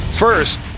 First